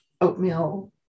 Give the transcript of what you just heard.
oatmeal